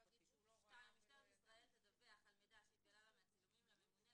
"משטרת ישראל תדווח על מידע שהתגלה לה מהצילומים לממונה,